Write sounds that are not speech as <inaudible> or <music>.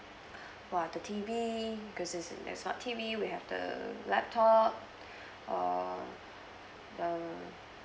!wah! the T_V because is a smart T_V we have the laptop <breath> err err